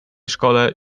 szkole